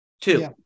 Two